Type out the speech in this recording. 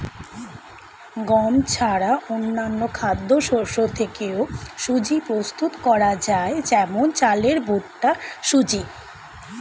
গম ছাড়া অন্যান্য খাদ্যশস্য থেকেও সুজি প্রস্তুত করা যায় যেমন চালের ভুট্টার সুজি